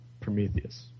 Prometheus